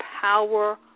Power